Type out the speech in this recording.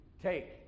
Take